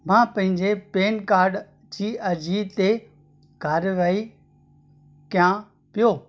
मां पंहिंजे PAN card जी अर्ज़ी ते कार्यवाही कयां पियो